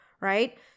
right